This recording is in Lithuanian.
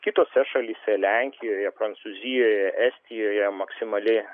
kitose šalyse lenkijoje prancūzijoje estijoje maksimali